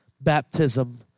Baptism